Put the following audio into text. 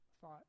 thought